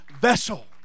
vessel